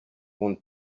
want